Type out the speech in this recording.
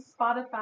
Spotify